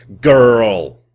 Girl